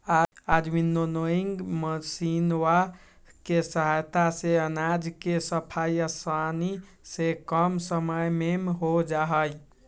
आज विन्नोइंग मशीनवा के सहायता से अनाज के सफाई आसानी से कम समय में हो जाहई